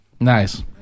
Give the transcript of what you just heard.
Nice